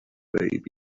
carrying